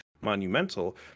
monumental